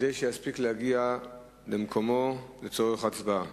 כדי שיספיק להגיע למקומו לצורך הצבעה.